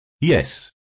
Yes